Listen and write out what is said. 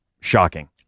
shocking